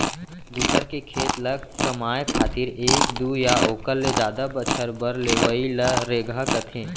दूसर के खेत ल कमाए खातिर एक दू या ओकर ले जादा बछर बर लेवइ ल रेगहा कथें